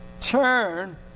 turn